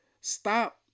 Stop